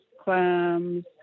clams